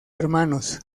hermanos